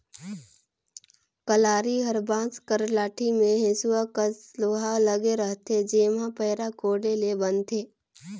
कलारी हर बांस कर लाठी मे हेसुवा कस लोहा लगे रहथे जेम्हे पैरा कोड़े ले बनथे